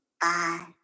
Bye